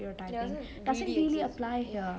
ya doesn't really exist